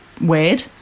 weird